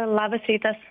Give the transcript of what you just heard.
labas rytas